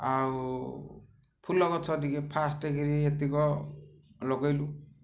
ଆଉ ଫୁଲ ଗଛ ଟିକେ ଫାଷ୍ଟକରି ଏତିକ ଲଗେଇଲୁ